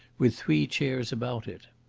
with three chairs about it.